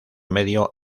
medio